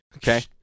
Okay